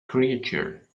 creature